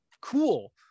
cool